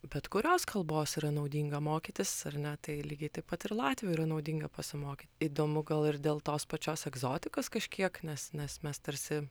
bet kurios kalbos yra naudinga mokytis ar ne tai lygiai taip pat ir latvių yra naudinga pasimokyt įdomu gal ir dėl tos pačios egzotikos kažkiek ne nes mes tarsi